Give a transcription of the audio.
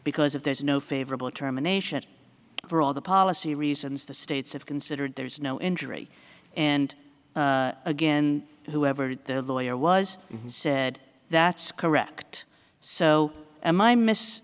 because if there's no favorable terminations for all the policy reasons the states have considered there's no injury and again whoever did their lawyer was said that's correct so my miss